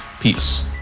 Peace